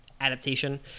adaptation